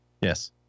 Yes